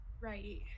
right